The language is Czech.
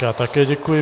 Já také děkuji.